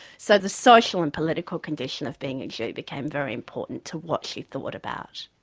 so the social and political condition of being a jew became very important to what she thought about.